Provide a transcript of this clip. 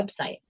website